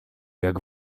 jak